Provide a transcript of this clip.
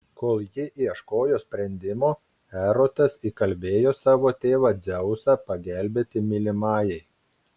kol ji ieškojo sprendimo erotas įkalbėjo savo tėvą dzeusą pagelbėti mylimajai